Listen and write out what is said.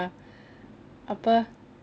apa